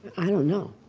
i don't know